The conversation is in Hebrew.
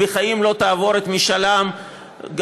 בחיים לא תעבור משאל עם,